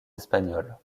espagnols